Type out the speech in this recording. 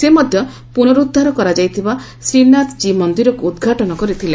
ସେ ମଧ୍ୟ ପୁନରୁଦ୍ଧାର କରାଯାଇଥିବା ଶ୍ରୀନାଥକୀ ମନ୍ଦିରକୁ ଉଦ୍ଘାଟନ କରିଥିଲେ